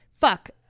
fuck